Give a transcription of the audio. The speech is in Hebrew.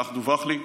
כך דווח לי.